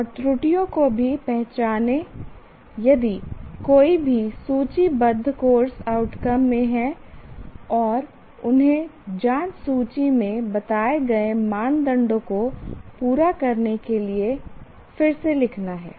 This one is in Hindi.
और त्रुटियों को भी पहचानें यदि कोई भी सूचीबद्ध कोर्स आउटकम में है और उन्हें जांच सूची में बताए गए मानदंडों को पूरा करने के लिए फिर से लिखना है